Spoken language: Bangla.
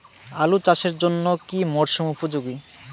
আলু চাষের জন্য কি মরসুম উপযোগী?